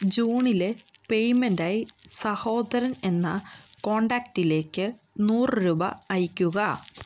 ജൂണിലെ പേയ്മെൻ്റായി സഹോദരൻ എന്ന കോണ്ടാക്ടിലേക്ക് നൂറു രൂപ അയയ്ക്കുക